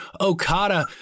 okada